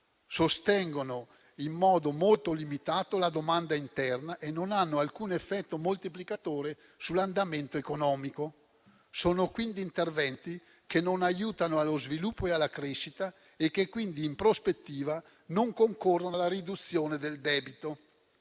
sostengono in modo molto limitato la domanda interna e non hanno alcun effetto moltiplicatore sull'andamento economico; sono quindi interventi che non aiutano lo sviluppo e la crescita e che quindi, in prospettiva, non concorrono alla riduzione del debito.